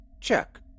Check